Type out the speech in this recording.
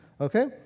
Okay